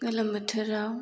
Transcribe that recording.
गोलोम बोथोराव